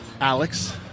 Alex